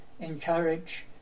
encourage